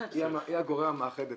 היא הגורם המאחד אצלנו.